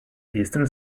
eastern